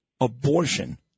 Abortion